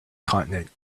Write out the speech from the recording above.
continent